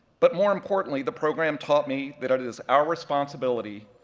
but more importantly, the program taught me that it is our responsibility,